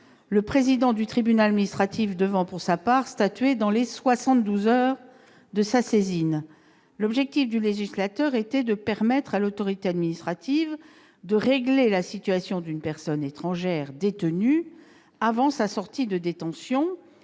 le président du tribunal administratif devant pour sa part statuer dans les 72 heures après sa saisine. L'objectif du législateur était de permettre à l'autorité administrative de régler la situation d'une personne étrangère détenue avant sa sortie de détention,